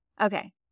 Okay